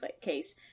case